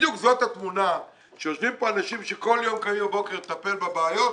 בדיוק זאת התמונה כשיושבים כאן אנשים שכל יום קמים בבוקר לטפל בבעיות,